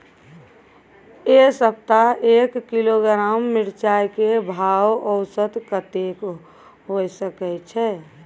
ऐ सप्ताह एक किलोग्राम मिर्चाय के भाव औसत कतेक होय छै?